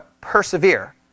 persevere